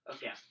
Okay